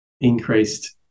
increased